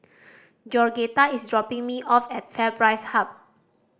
Georgetta is dropping me off at FairPrice Hub